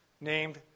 named